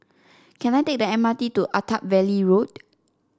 can I take the M R T to Attap Valley Road